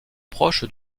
proche